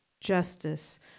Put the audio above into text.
justice